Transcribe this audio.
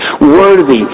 worthy